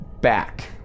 back